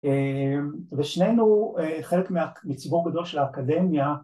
ושנינו חלק מציבור גדול של האקדמיה